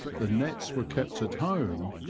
the nets were kept at home,